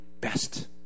best